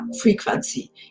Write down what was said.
frequency